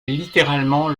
littéralement